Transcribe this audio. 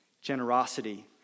generosity